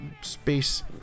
space